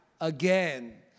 again